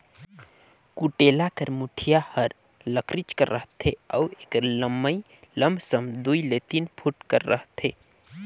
कुटेला कर मुठिया हर लकरिच कर रहथे अउ एकर लम्मई लमसम दुई ले तीन फुट तक रहथे